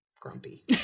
grumpy